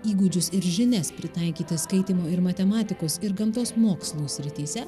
įgūdžius ir žinias pritaikyti skaitymo ir matematikos ir gamtos mokslų srityse